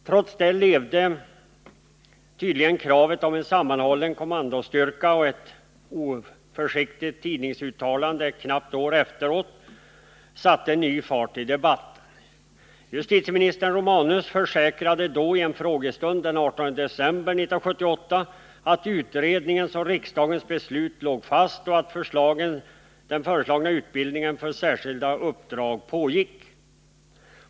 Trots detta levde tydligen kravet på en sammanhållen kommandostyrka, och ett oförsiktigt tidningsuttalande knappt ett år efter beslutet satte ny fart i debatten. Justitieminister Romanus försäkrade då, i en frågestund den 18 december 1978, att utredningens och riksdagens beslut låg fast och att föreslagen utbildning för särskilda uppdrag pågick.